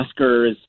Oscars